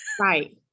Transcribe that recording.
Right